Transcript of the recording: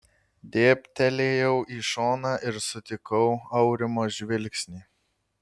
dėbtelėjau į šoną ir sutikau aurimo žvilgsnį